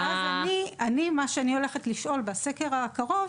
בסקר הקרוב